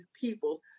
people